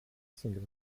single